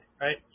right